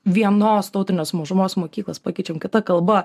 vienos tautinės mažumos mokyklas pakeičiam kita kalba